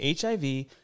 HIV